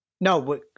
no